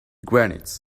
granite